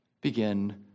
begin